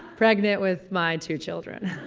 pregnant with my two children.